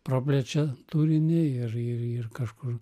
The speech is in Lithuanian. praplečia turinį ir ir ir kažkur